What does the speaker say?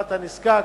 למשפחת הנזקק,